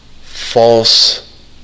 false